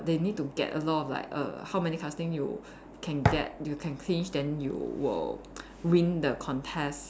they need to get a lot of like err how many casting you can get you can clinch then you will win the contest